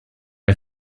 are